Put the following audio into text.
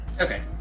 Okay